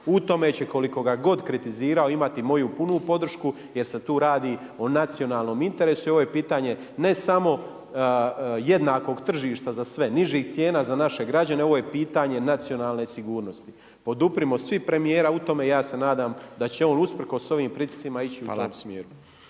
U tome će koliko god ga kritizirao imati moju punu podršku jer se tu radi o nacionalnom interesu i ovo je pitanje ne samo jednakog tržišta za sve, nižih cijena za naše građane, ovo je pitanje nacionalne sigurnosti. Poduprimo svi premijera u tome i ja se nadam da će on usprkos ovim pritiscima ići u tom smjeru.